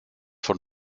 von